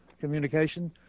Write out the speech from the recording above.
communication